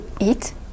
eat